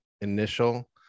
initial